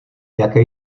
jaké